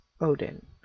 Odin